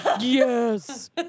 Yes